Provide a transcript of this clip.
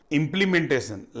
implementation